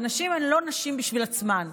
ונשים הן לא נשים בשביל עצמן,